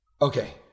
Okay